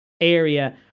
area